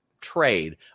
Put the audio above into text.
trade